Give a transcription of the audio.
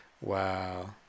Wow